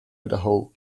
idaho